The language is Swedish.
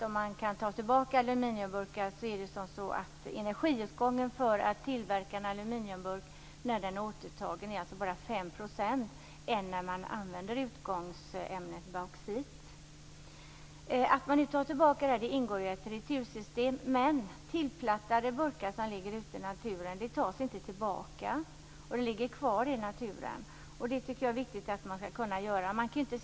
Om man återtar en aluminiumburk innebär det att energiåtgången för att tillverka en ny sådan bara är 5 % jämfört med när man använder utgångsämnet bauxit. Att man tar tillbaka burkarna ingår i ett retursystem. Men tillplattade burkar som ligger ute i naturen tas inte tillbaka. De ligger kvar i naturen. Jag tycker att det är viktigt att man skall kunna lämna tillbaka även dem.